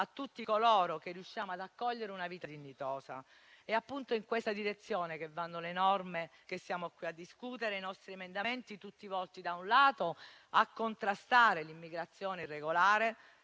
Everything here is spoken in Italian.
a tutti coloro che riusciamo ad accogliere. È appunto in questa direzione che vanno le norme che siamo qui a discutere e i nostri emendamenti, tutti volti - da un lato - a contrastare l'immigrazione irregolare,